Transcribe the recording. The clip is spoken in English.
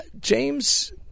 James